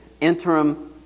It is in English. interim